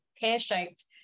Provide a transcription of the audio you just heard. pear-shaped